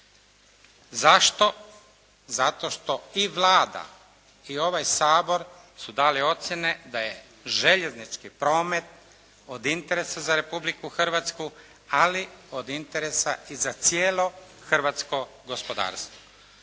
Zašto? Zato što i Vlada i ovaj Sabor su dali ocjene da je željeznički promet od interesa za Republiku Hrvatsku, ali od interesa i za cijelo hrvatsko gospodarstvo.